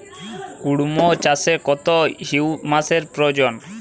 কুড়মো চাষে কত হিউমাসের প্রয়োজন?